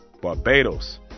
Barbados